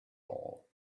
all